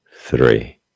three